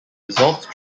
resolved